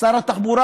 שר התחבורה,